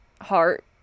heart